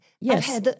Yes